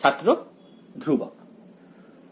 ছাত্র ধ্রুবক ধ্রুবক